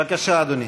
בבקשה, אדוני.